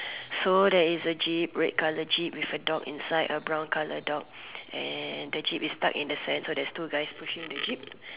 so there is a jeep red colour jeep with a dog inside a brown colour dog and the jeep is stuck in the sand so there's two guy pushing the jeep